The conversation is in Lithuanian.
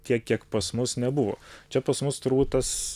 tiek kiek pas mus nebuvo čia pas mus turbūt tas